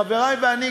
חברי ואני,